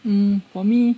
um for me